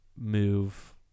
move